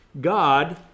God